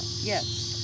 yes